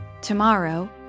tomorrow